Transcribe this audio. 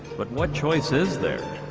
but what choice is there?